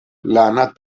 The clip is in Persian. لعنت